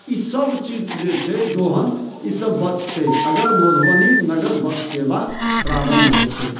ईसभ चीज जे छै दोहन ईसभ बचतै अगर मधुबनी नगर बस सेवा प्रारम्भ हेतै